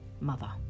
mother